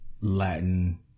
Latin